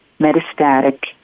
metastatic